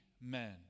men